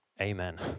Amen